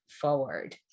forward